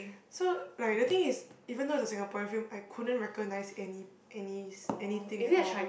so like the thing is even though is a Singaporean film I couldn't recognise any any anything at all